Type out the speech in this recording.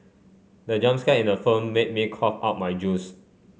the jump scare in the phone made me cough out my juice